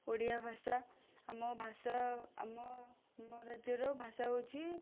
ଓଡ଼ିଆ ଭାଷା ଆମ ଭାଷା ଆମ ଆମ ରାଜ୍ୟର ଭାଷା ହେଉଛି